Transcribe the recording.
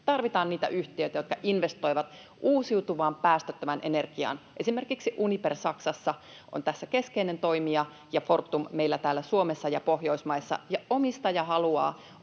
tarvitaan niitä yhtiöitä, jotka investoivat uusiutuvaan, päästöttömään energiaan. Esimerkiksi Uniper Saksassa on tässä keskeinen toimija ja Fortum meillä täällä Suomessa ja Pohjoismaissa. Omistaja haluaa